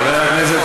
אי-אפשר,